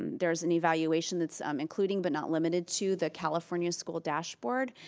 and there's an evaluation that's um including, but not limited to the california school dashboard.